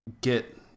get